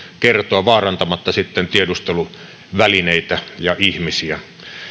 kertoa vaarantamatta tiedusteluvälineitä ja ihmisiä